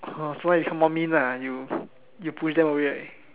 oh so you become more mean lah you you push them away